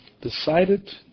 decided